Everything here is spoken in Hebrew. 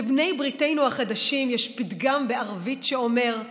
לבעלי בריתנו החדשים יש פתגם בערבית שאומר: